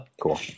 Cool